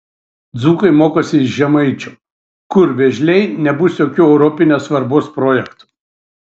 dzūkai mokosi iš žemaičių kur vėžliai nebus jokių europinės svarbos projektų